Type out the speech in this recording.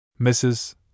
Mrs